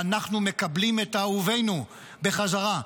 ואנחנו מקבלים את אהובינו בחזרה.